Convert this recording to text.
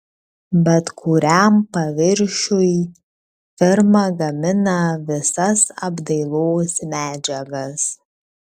bet kuriam paviršiui firma gamina visas apdailos medžiagas